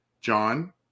John